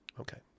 Okay